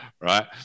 right